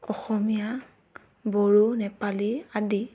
অসমীয়া বড়ো নেপালী আদি